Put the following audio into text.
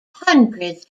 hundreds